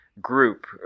group